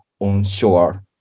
onshore